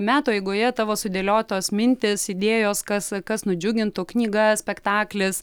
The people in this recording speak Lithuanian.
metų eigoje tavo sudėliotos mintys idėjos kas kas nudžiugintų knyga spektaklis